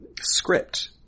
script